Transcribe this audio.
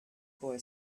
boy